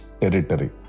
territory